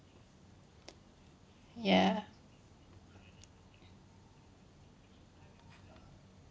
ya